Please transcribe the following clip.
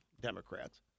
Democrats